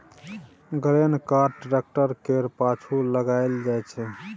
grain cart tractor केर पाछु लगाएल जाइ छै